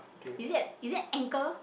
is it an is it an anchor